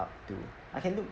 up to I can look